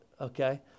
okay